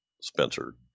Spencer